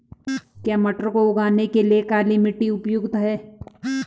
क्या मटर को उगाने के लिए काली मिट्टी उपयुक्त है?